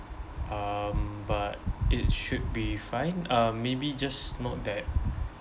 um but it should be fine um maybe just note that